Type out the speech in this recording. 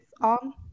on